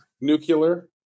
Nuclear